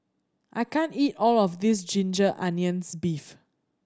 I can't eat all of this ginger onions beef